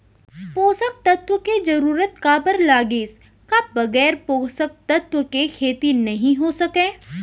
पोसक तत्व के जरूरत काबर लगिस, का बगैर पोसक तत्व के खेती नही हो सके?